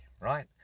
right